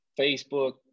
Facebook